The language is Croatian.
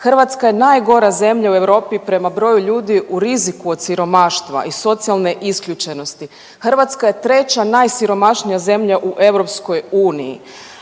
Hrvatska je najgora zemlja u Europi prema broju ljudi u riziku od siromaštva i socijalne isključenosti. Hrvatska je treća najsiromašnija zemlja u EU.